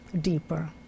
deeper